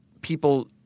people